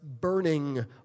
burning